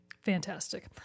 Fantastic